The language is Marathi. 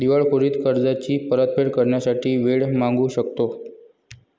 दिवाळखोरीत कर्जाची परतफेड करण्यासाठी वेळ मागू शकतो